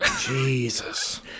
Jesus